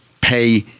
pay